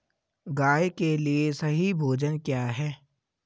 गाय के लिए सही भोजन क्या है?